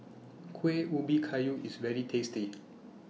Kueh Ubi Kayu IS very tasty